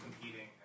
competing